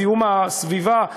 זיהום הסביבה.